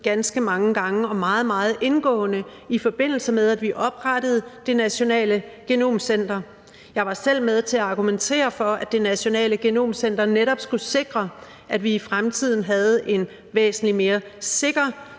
ganske mange gange og meget, meget indgående, i forbindelse med at vi oprettede det nationale genomcenter. Jeg var selv med til at argumentere for, at det nationale genomcenter netop skulle sikre, at vi i fremtiden havde en væsentlig mere sikker